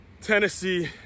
Tennessee